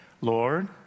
Lord